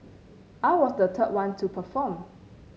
I was the third one to perform